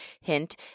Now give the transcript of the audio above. Hint